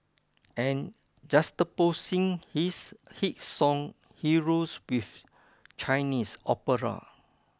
and juxtaposing his hit song Heroes with Chinese opera